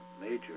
major